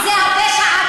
שייטת עזה.